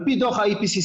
על פי דוח ה-IPCC,